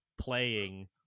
playing